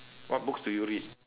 what books do you read